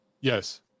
Yes